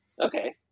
Okay